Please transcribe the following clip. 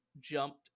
jumped